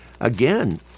Again